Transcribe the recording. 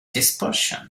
dispersion